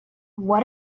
what